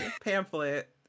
pamphlet